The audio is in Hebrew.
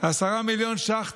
10 מיליון ש"ח,